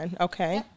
Okay